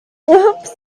oops